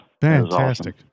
Fantastic